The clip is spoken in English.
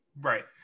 right